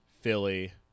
Philly